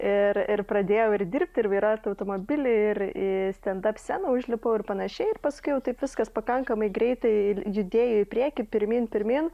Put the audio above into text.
ir ir pradėjau ir dirbti ir vairuoti automobilį ir į stendap sceną užlipau ir panašiai ir paskui jau taip viskas pakankamai greitai judėjo į priekį pirmyn pirmyn